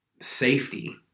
safety